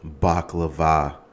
Baklava